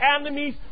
enemies